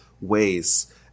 ways